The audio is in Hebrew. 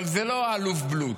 אבל זה לא האלוף בלוט.